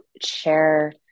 share